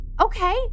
Okay